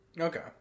Okay